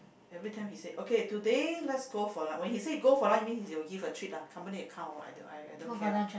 everytime he say okay today let's go for lunch when he say go for lunch means he will give a treat lah company account what I don't I don't care lah